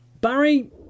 Barry